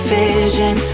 vision